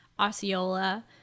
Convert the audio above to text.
Osceola